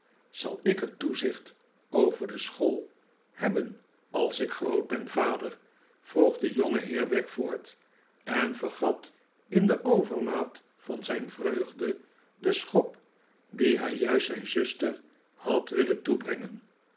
zal ik het toezicht overde school hebben als ik groot ben vader vroeg de jorigeheer wackford en vergat in de overmaat van zijn vreugde den schop dien hij juist zijn zuster had willen toedienen